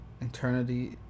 eternity